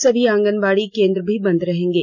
सभी आंगनबाड़ी केंद्र भी बंद रहेगे